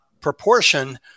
proportion